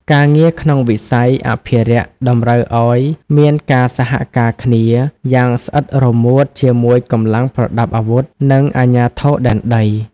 ការងារក្នុងវិស័យអភិរក្សតម្រូវឱ្យមានការសហការគ្នាយ៉ាងស្អិតរមួតជាមួយកម្លាំងប្រដាប់អាវុធ និងអាជ្ញាធរដែនដី។